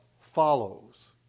follows